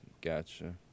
Gotcha